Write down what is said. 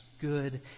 good